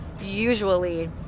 usually